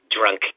drunk